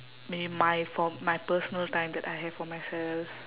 maybe my for my personal time that I have for myself